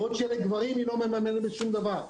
בעוד שלגברים היא לא מממנת שום דבר.